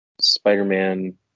Spider-Man